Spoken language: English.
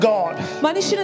God